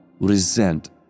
resent